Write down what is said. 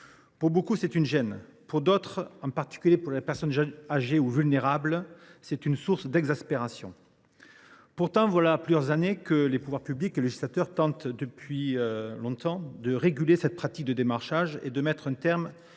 Pour beaucoup, c’est une gêne ; pour d’autres, en particulier les personnes âgées et vulnérables, c’est une source d’exaspération. Pourtant, voilà plusieurs années que les pouvoirs publics et le législateur tentent de réguler cette pratique et de mettre un terme à une